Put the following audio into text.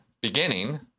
beginning